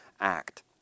act